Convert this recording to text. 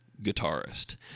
guitarist